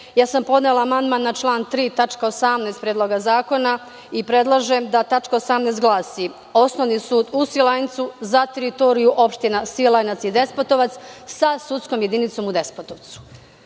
sam amandman na član 3. tačka 18. Predloga zakona i predlažem da tačka 18. glasi – Osnovni sud u Svilajncu za teritoriju opština Svilajnac i Despotovac sa sudskom jedinicom u Despotovcu. Opština